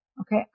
okay